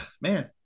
man